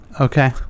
Okay